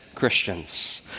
Christians